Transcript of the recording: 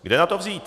Kde na to vzít?